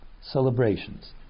celebrations